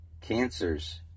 cancers